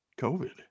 COVID